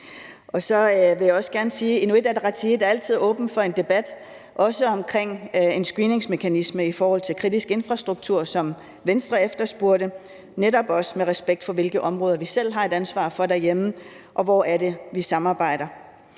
sige, at Inuit Ataqatigiit altid er åbne over for en debat, også om en screeningsmekanisme i forhold til kritisk infrastruktur, som Venstre efterspurgte, netop også med respekt for, hvilke områder vi selv har et ansvar for derhjemme, og hvor det er, vi samarbejder.